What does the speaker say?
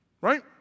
right